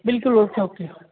بالکل okay okay